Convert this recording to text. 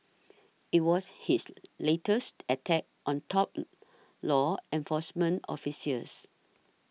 it was his latest attack on top law enforcement officials